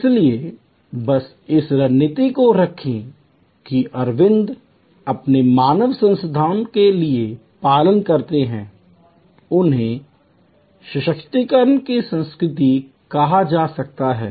इसलिए बस इस रणनीति को रखें कि अरविंद अपने मानव संसाधनों के लिए पालन करते हैं उन्हें सशक्तिकरण की संस्कृति कहा जा सकता है